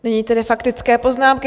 Nyní tedy faktické poznámky.